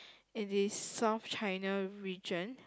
in the South China region